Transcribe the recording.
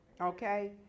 Okay